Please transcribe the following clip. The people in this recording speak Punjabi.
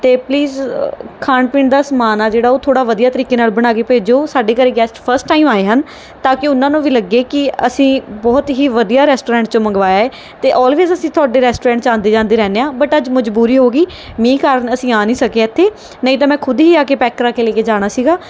ਅਤੇ ਪਲੀਜ਼ ਖਾਣ ਪੀਣ ਦਾ ਸਮਾਨ ਆ ਜਿਹੜਾ ਉਹ ਥੋੜ੍ਹਾ ਵਧੀਆ ਤਰੀਕੇ ਨਾਲ ਬਣਾ ਕੇ ਭੇਜੋ ਸਾਡੇ ਘਰ ਗੈਸਟ ਫਸਟ ਟਾਈਮ ਆਏ ਹਨ ਤਾਂ ਕਿ ਉਹਨਾਂ ਨੂੰ ਵੀ ਲੱਗੇ ਕਿ ਅਸੀਂ ਬਹੁਤ ਹੀ ਵਧੀਆ ਰੈਸਟੋਰੈਂਟ ਚੋਂ ਮੰਗਵਾਇਆ ਏ ਅਤੇ ਔਲਵੇਜ਼ ਅਸੀਂ ਤੁਹਾਡੇ ਰੈਸਟੋਰੈਂਟ 'ਚ ਆਉਂਦੇ ਜਾਂਦੇ ਰਹਿੰਦੇ ਹਾਂ ਬਟ ਅੱਜ ਮਜਬੂਰੀ ਹੋ ਗਈ ਮੀਂਹ ਕਾਰਨ ਅਸੀਂ ਆ ਨਹੀਂ ਸਕੇ ਇੱਥੇ ਨਹੀਂ ਤਾਂ ਮੈਂ ਖੁਦ ਹੀ ਆ ਕੇ ਪੈਕ ਕਰਾ ਕੇ ਲੈ ਕੇ ਜਾਣਾ ਸੀਗਾ